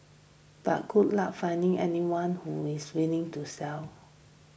but good luck finding anyone who is willing to sell